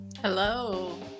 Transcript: Hello